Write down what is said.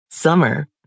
summer